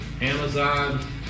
Amazon